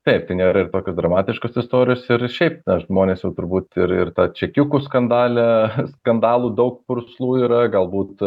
taip nėra ir tokios dramatiškos istorijos ir šiaip žmonės jau turbūt ir ir tą čekiukų skandale skandalų daug purslų yra galbūt